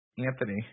Anthony